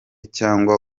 cyangwa